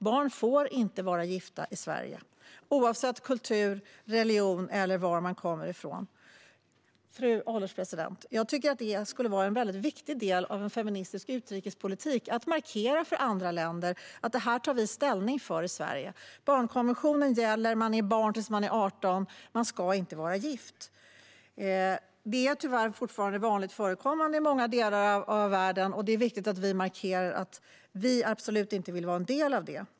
Barn får inte vara gifta i Sverige oavsett kultur, religion eller varifrån de kommer. Fru ålderspresident! Det är en viktig del av feministisk utrikespolitik att markera för andra länder att vi tar ställning för dessa frågor i Sverige. Barnkonventionen gäller; man är barn till dess man är 18 - och man ska inte vara gift. Det är tyvärr fortfarande vanligt förekommande i många delar av världen, och det är viktigt att vi markerar att vi absolut inte vill vara en del av detta.